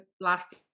last